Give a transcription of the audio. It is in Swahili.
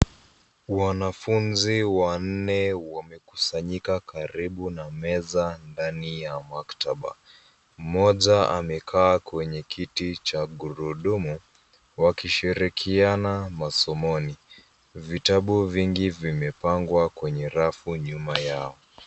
Wanafunzi wanne wamekusanyika karibu na meza ndani ya maktaba. Mmoja amekaa kwenye kiti cha gurudumu, wakishirikiana masomoni. Vitabu vingi vimepangwa kwenye rafu nyuma yao.